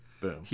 Boom